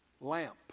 Lamp